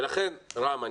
רם,